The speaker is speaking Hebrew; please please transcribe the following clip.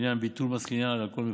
בעניין ביטול מס קנייה על אלכוהול מפוגל.